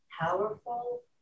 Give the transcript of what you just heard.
powerful